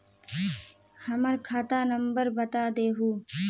हमर खाता नंबर बता देहु?